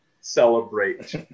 celebrate